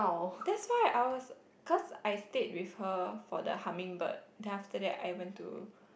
that's why I was cause I stayed with her for the hummingbird then after that I went to